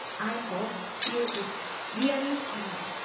i hope you would really try